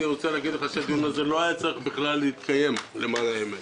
אני רוצה להגיד לך שהדיון הזה כלל לא היה צריך להתקיים למען האמת.